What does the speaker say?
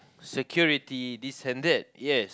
security this and that yes